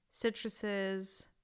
citruses